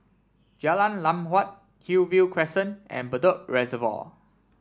Jalan Lam Huat Hillview Crescent and Bedok Reservoir